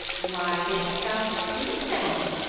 why didst thou stoop then?